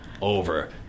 over